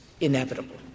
inevitable